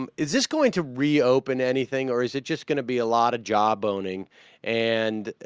um is is going to re-open anything or is it just going to be a lot of job owning and ah.